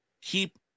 keep